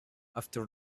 after